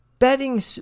betting